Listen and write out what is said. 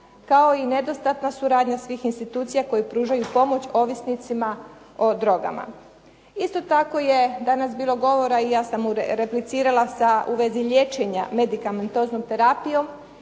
kao i nedostatna suradnja svih institucija koje pružaju pomoć ovisnicima o drogama. Isto tako je danas bilo govora i ja sam replicirala u vezi liječenja medikamentoznom terapijom